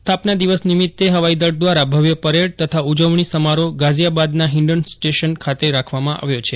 સ્થાપના દિવસ નિમિત્તે હવાઈ દળ દ્વારા ભવ્યપરેડ તથા ઉજવણી સમારોહ ગાઝીયાબાદના હીંડન સ્ટેશનખાતે રાખવામાં આવ્યો છે